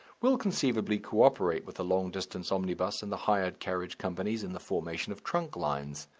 will conceivably co-operate with the long-distance omnibus and the hired carriage companies in the formation of trunk lines.